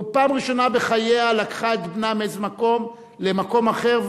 ופעם ראשונה בחייה לקחה את בנה מאיזה מקום למקום אחר,